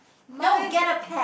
my